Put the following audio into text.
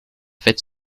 faite